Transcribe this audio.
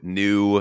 new –